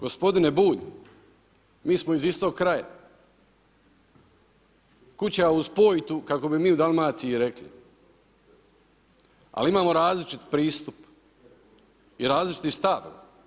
Gospodine Bulj, mi smo iz istog kraja, kuća uz pojitu kako bi mi u Dalmaciji rekli, ali imamo različiti pristup i različiti stav.